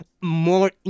more